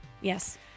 yes